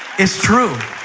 it's true